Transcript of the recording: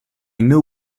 know